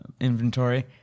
inventory